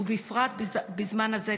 בפרט בזמן הזה,